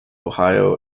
ohio